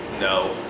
No